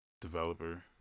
developer